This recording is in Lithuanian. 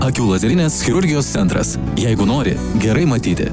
akių lazerinės chirurgijos centras jeigu nori gerai matyti